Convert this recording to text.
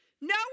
No